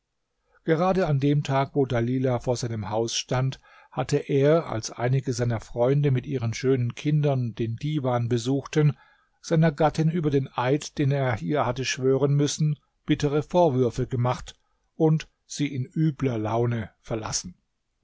gerade an dem tag wo dalilah vor seinem haus stand hatte er als einige seiner freunde mit ihren schönen kindern den diwan besuchten seiner gattin über den eid den er ihr hatte schwören müssen bittere vorwürfe gemacht und sie in übler laune verlassen